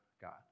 God